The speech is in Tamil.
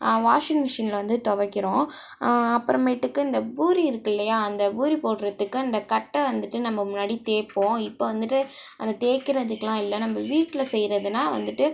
வாஷிங் மிஷினில் வந்து துவைக்கிறோம் அப்புறமேட்டுக்கு இந்த பூரி இருக்குது இல்லையா அந்த பூரி போடுறதுக்கு அந்த கட்ட வந்துட்டு நம்ம முன்னாடி தேய்போம் இப்போ வந்துட்டு அந்த தேய்க்கிறதுக்லாம் இல்லை நம்ம வீட்டில் செய்கிறதுனா வந்துட்டு